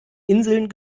inseln